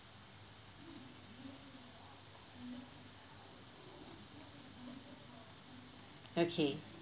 okay